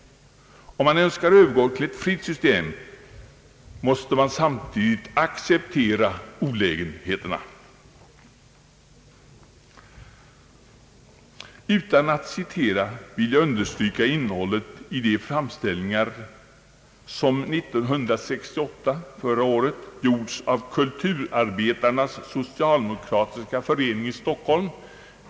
Om man önskar övergå till ett fritt system, måste man samtidigt acceptera olägenheterna.» Utan att citera vill jag understryka innehållet i de framställningar som år 1968 gjorts av Kulturarbetarnas socialdemokratiska förening i Stockholm.